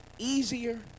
easier